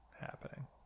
happening